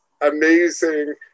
amazing